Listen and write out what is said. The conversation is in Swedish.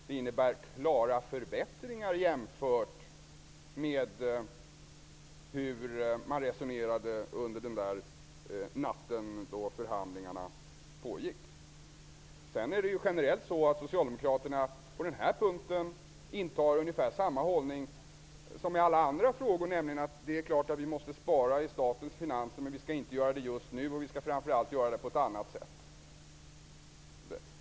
Det innebär klara förbättringar jämfört med hur man resonerade under den där natten då förhandlingarna pågick. Generellt är det så att Socialdemokraterna på den här punkten intar ungefär samma hållning som i alla andra frågor, nämligen att det är klart att vi måste spara i statens finanser, men vi skall inte göra det just nu och vi skall framför allt göra det på ett annat sätt.